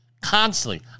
Constantly